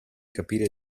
capire